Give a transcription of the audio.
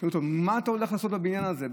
שאלו אותו: מה אתה הולך לעשות בבניין הזה,